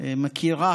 מכירים